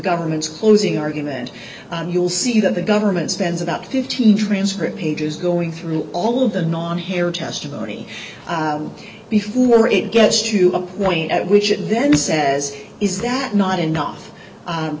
government's closing argument and you'll see that the government spends about fifteen transcript pages going through all of the non hear testimony before it gets to the point at which it then says is that not enough